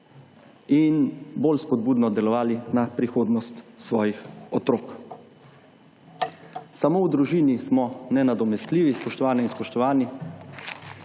in bolj spodbudno delovali na prihodnost svojih otrok. Samo v družini smo nenadomestljivi, spoštovane in spoštovani.